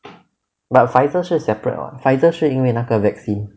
but Pfizer 是 separate [what] Pfizer 是因为那个 vaccine